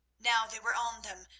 now they were on them.